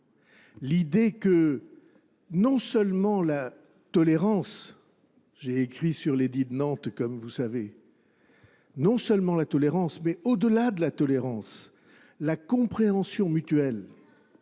L'idée que non seulement la tolérance, j'ai écrit sur l'édit de Nantes comme vous savez, non seulement la tolérance mais au-delà de la tolérance, la compréhension mutuelle,